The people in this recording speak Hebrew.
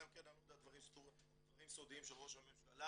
אלא אם יש דברים סודיים של ראש הממשלה,